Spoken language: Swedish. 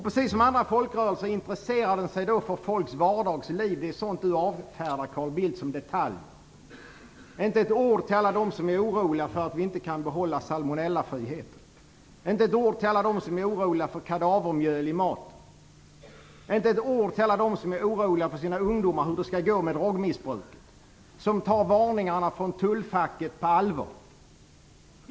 Precis som alla andra folkrörelser intresserar den sig för folks vardagsliv, sådant som Carl Bildt avfärdar som detaljer. Inte ett ord sägs till alla dem som är oroliga för att vi inte skall kunna behålla salmonellafriheten. Inte ett ord sägs till alla dem som är oroliga för kadavermjöl i maten. Inte ett ord sägs till alla dem som är oroliga för hur det skall gå med drogmissbruket hos ungdomar och som tar varningarna från Tullfacket på allvar.